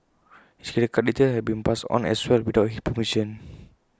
his credit card details had been passed on as well without his permission